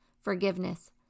forgiveness